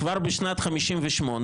כבר בשנת 58',